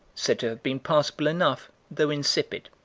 said to have been passable enough, though insipid.